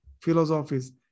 philosophies